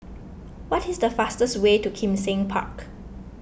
what is the fastest way to Kim Seng Park